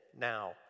now